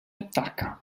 attacca